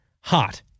hot